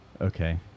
Okay